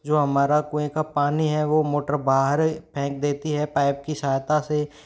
जो हमारा कुएँ का पानी है वो मोटर बाहर फेंक देती है पाइप की सहायता से